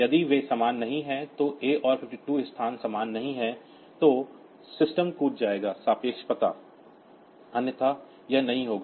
यदि वे समान नहीं हैं तो A और 52 स्थान समान नहीं हैं तो सिस्टम जंप जाएगा रिलेटिव पता अन्यथा यह नहीं होगा